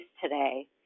today